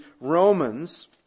Romans